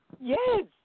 Yes